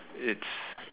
it's